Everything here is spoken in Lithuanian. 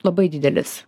labai didelis